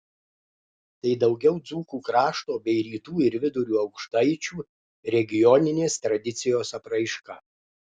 tai daugiau dzūkų krašto bei rytų ir vidurio aukštaičių regioninės tradicijos apraiška